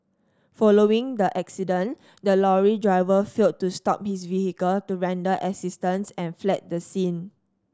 following the accident the lorry driver failed to stop his vehicle to render assistance and fled the scene